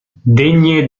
degne